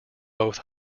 both